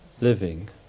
living